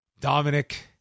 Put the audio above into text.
Dominic